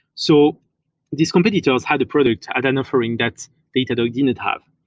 so these competitors had the product at an offering that datadog didn't have.